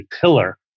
pillar